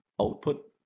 output